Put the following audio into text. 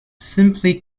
simply